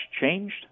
changed